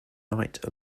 nite